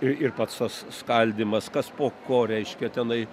ir ir pats tas skaldymas kas po ko reiškia tenai